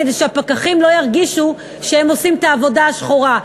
כדי שהפקחים לא ירגישו שהם עושים את העבודה השחורה,